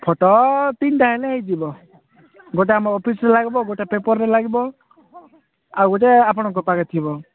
photo ତିନିଟା ହେଲେ ହୋଇଯିବ ଗୋଟେ ଆମ ଅଫିସରେ ଲାଗିବ ଗୋଟେ ପେପରରେେ ଲାଗିବ ଆଉ ଗୋଟେ ଆପଣଙ୍କ ପାଖରେ ଥିବ